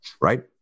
right